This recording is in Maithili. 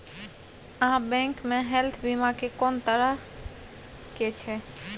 आहाँ बैंक मे हेल्थ बीमा के कोन तरह के छै?